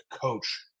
coach